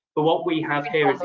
but what we have here